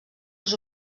els